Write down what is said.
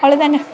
அவ்வளோ தாங்க